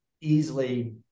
easily